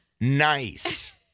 nice